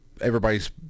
everybody's